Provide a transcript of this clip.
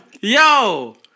Yo